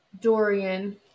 Dorian